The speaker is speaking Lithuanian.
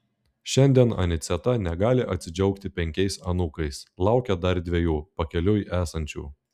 šiandien aniceta negali atsidžiaugti penkiais anūkais laukia dar dviejų pakeliui esančių